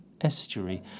estuary